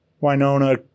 Winona